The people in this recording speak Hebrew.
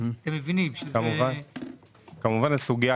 זו סוגיה קריטית.